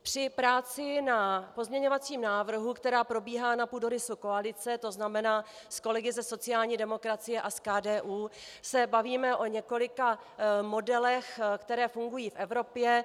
Při práci na pozměňovacím návrhu, která probíhá na půdorysu koalice, tzn. s kolegy ze sociální demokracie a s KDU, se bavíme o několika modelech, které fungují v Evropě.